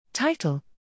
Title